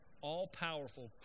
all-powerful